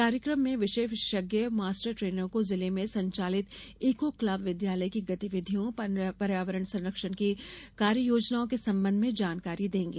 कार्यकम में विषय विशेषज्ञ मास्ट ट्रेनरों को जिलों में संचालित ईको क्लब विद्यालय की गतिविधियों पर्यावरण संरक्षण की कार्ययोजओं के संबंध में जानकारी देंगे